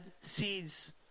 seeds